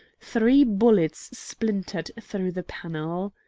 three bullets splintered through the panel.